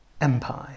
empire